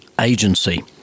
Agency